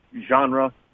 genre